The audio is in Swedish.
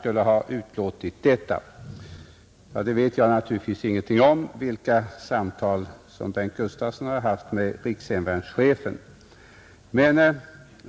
skulle ha sagt detta. Jag vet naturligtvis ingenting om vilka samtal som herr Gustavsson har haft med rikshemvärnschefen.